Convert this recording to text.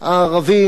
הערבים,